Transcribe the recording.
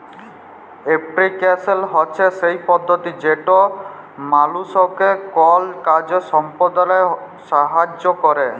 application হছে সেই পদ্ধতি যেট মালুসকে কল কাজ সম্পাদলায় সাহাইয্য ক্যরে